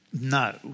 No